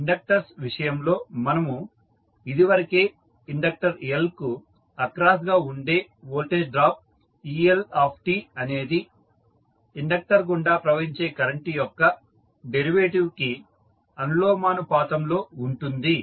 inductors విషయంలో మనము ఇదివరకే ఇండక్టర్ L కు అక్రాస్ గా ఉండే వోల్టేజ్ డ్రాప్ eLt అనేది ఇండక్టర్ గుండా ప్రవహించే కరెంటు యొక్క డెరివేటివ్ కి అనులోమానుపాతంలో ఉంటుంది